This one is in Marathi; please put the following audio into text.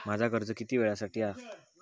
माझा कर्ज किती वेळासाठी हा?